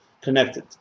connected